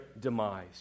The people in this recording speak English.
demise